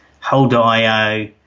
hold.io